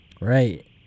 right